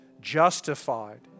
justified